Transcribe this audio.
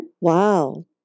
Wow